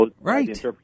Right